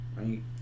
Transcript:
right